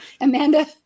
Amanda